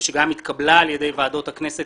ושגם התקבלה על ידי ועדות הכנסת